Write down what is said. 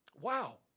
Wow